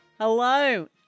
Hello